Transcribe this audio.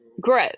grow